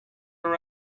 her